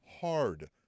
hard